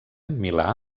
milà